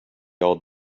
old